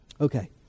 Okay